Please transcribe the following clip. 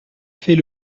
fait